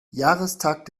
jahrestag